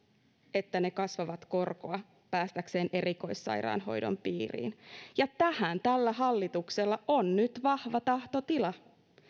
että ne kasvavat korkoa päästäkseen erikoissairaanhoidon piiriin ja tähän tällä hallituksella on nyt vahva tahtotila